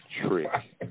trick